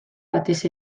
batez